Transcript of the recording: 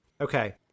Okay